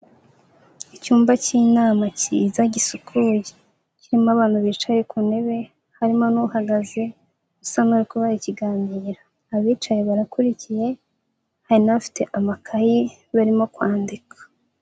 Icyumba cy'inama kiza gisukuye, kirimo abantu bicaye ku ntebe harimo n'uhagaze usa n'uri kubaha ikiganiro, abicaye barakurikiye hari n'abafite amakayi barimo kwandika.